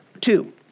two